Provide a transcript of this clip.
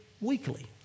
weekly